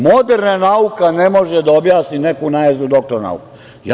Moderna nauka ne može da objasni neku najezdu doktora nauka.